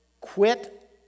quit